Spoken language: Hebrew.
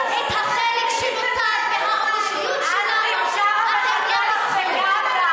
את החלק שנותר מהאנושיות שלנו אתם לא לוקחים.